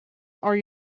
are